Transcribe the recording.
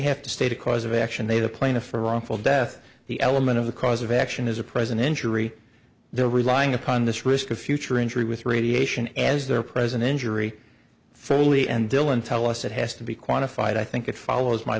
have to state a cause of action they the plaintiff for wrongful death the element of the cause of action is a present injury they're relying upon this risk of future injury with radiation as their present injury fairly and dylan tell us it has to be quantified i think it follows my